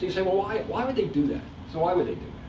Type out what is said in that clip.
you say, well, why why would they do that? so why would they